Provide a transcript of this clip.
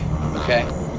okay